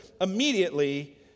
immediately